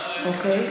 אין מצב.